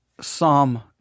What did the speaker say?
Psalm